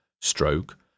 stroke